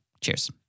Cheers